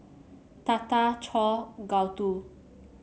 Tata Choor Gouthu